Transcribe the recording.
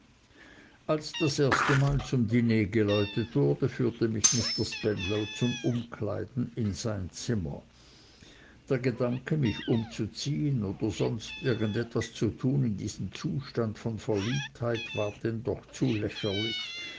als das erste mal zum diner geläutet wurde führte mich m spenlow zum umkleiden in sein zimmer der gedanke mich umzuziehen oder sonst irgend etwas zu tun in diesem zustand von verliebtheit war denn doch zu lächerlich